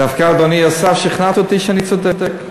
דווקא, אדוני השר, שכנעת אותי שאני צודק.